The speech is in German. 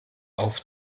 auf